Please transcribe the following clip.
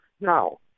Now